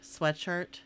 sweatshirt